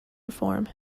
reform